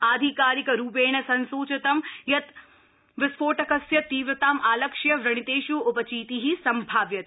आधिकारिकरूपेण संसूचित अस्ति यत् विस्फोटकस्य तीव्रतां आलक्ष्य व्रणितेष् उपचिति सम्भाव्यते